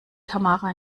tamara